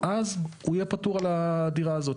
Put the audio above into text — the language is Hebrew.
אז הוא יהיה פטור על הדירה הזאת.